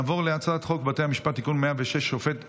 חוב' מ/1621).[ נעבור להצעת חוק בתי המשפט (תיקון מס' 106) (שופט עמית),